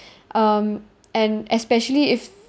um and especially if